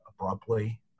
abruptly